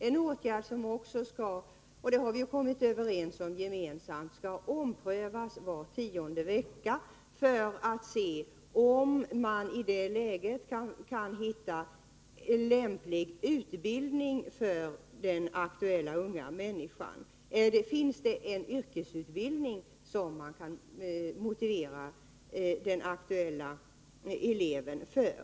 Detta är en åtgärd som vi gemensamt kommit överens om skall omprövas var tionde vecka för att vi skall kunna se om man i det läget kan finna den yrkesutbildning som man kan motivera den aktuella eleven för.